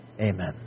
Amen